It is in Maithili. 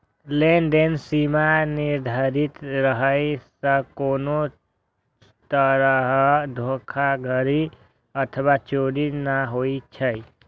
लेनदेन सीमा निर्धारित रहै सं कोनो तरहक धोखाधड़ी अथवा चोरी नै होइ छै